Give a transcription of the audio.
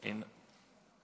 שלוש